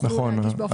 תוכלו להגיש -- נכון,